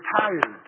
tired